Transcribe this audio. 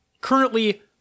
Currently